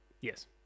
Yes